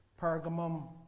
Pergamum